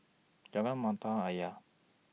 Jalan Mata Ayer